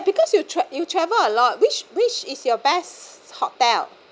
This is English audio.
because you tra~ you travel a lot which which is your best hotel